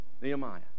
Nehemiah